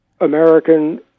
American